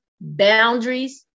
Boundaries